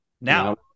now